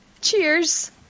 Cheers